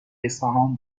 اصفهان